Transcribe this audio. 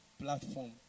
platform